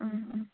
ꯎꯝ ꯎꯝ